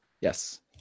Yes